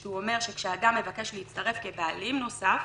שהוא אומר: "כשאדם מבקש להצטרף כבעלים נוסף,